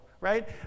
Right